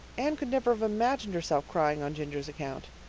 anne could never have imagined herself crying on ginger's account,